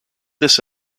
this